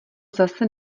zase